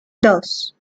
dos